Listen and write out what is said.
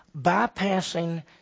bypassing